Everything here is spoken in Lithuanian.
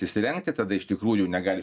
įsirengti tada iš tikrųjų negali